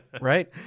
right